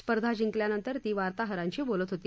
स्पर्धा जिंकल्यानतंर ती वार्ताहरांशी बोलत होती